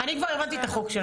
אני כבר הבנתי את החוק שלך.